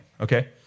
Okay